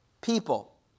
people